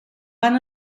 van